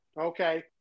okay